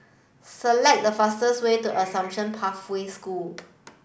select the fastest way to Assumption Pathway School